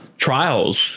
Trials